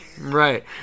Right